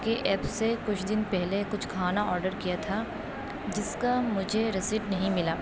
کے ایپ سے کچھ دن پہلے کچھ کھانا آڈر کیا تھا جس کا مجھے رسیپٹ نہیں ملا